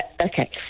okay